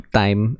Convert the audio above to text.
time